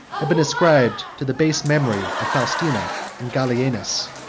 have been ascribed to the baser memory of faustina and gallienus.